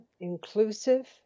inclusive